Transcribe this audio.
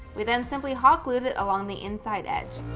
we then simply hot glued it along the inside edge.